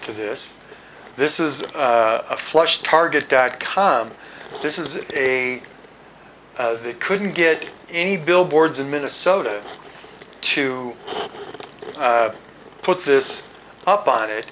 to this this is a flush target dot com this is a they couldn't get any billboards in minnesota to put this up on it